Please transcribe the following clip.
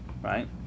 right